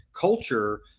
culture